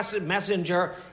messenger